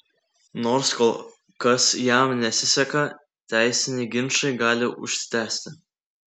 nors kol kas jam nesiseka teisiniai ginčai gali užsitęsti